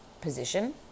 position